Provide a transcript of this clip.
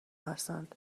هستند